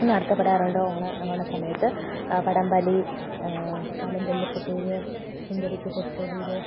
നടത്തപ്പെടാറുണ്ട് ഓണ സമയത്ത് വടംവലി കലം തല്ലി പൊട്ടീര് സുന്ദരിക്കു പൊട്ടുതൊടീല്